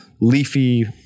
leafy